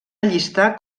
allistar